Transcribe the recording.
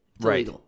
right